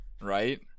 Right